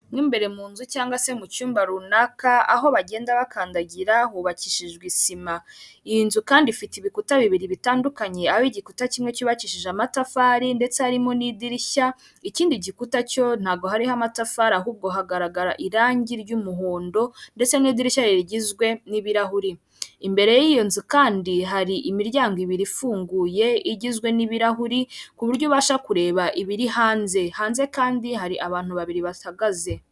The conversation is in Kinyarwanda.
Mo imbere mu nzu cyangwa se mu cyumba runaka aho bagenda bakandagira hubakishijwe sima iyi nzu kandi ifite ibikuta bibiri bitandukanye aho igikuta kimwe cyubakishije amatafari ndetse harimo n'idirishya ikindi gikuta cyo ntabwo hariho amatafari ahubwo hagaragara irangi ry'umuhondo ndetse n'idirishya rigizwe n'ibirahuri imbere y'iyo nzu kandi hari imiryango ibiri ifunguye igizwe n'ibirahuri ku buryo ubasha kureba ibiri hanze ,hanze kandi hari abantu babiri bahagaze.